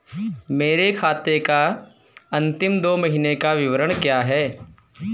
मेरे खाते का अंतिम दो महीने का विवरण क्या है?